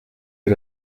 ihr